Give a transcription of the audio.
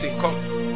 Come